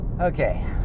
okay